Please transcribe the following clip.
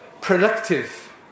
Productive